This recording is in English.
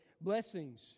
blessings